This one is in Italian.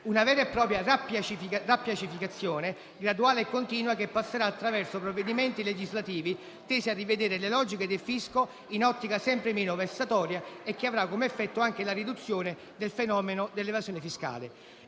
una vera e propria rappacificazione graduale e continua che passerà attraverso provvedimenti legislativi tesi a rivedere le logiche del fisco in ottica sempre meno vessatoria e che avrà come effetto anche la riduzione del fenomeno dell'evasione fiscale.